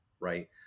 right